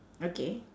okay